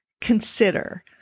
consider –